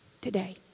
today